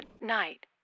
night